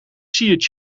siert